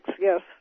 yes